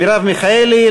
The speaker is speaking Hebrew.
מרב מיכאלי,